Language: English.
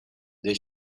the